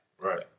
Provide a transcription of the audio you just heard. right